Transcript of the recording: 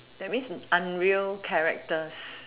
that means unreal characters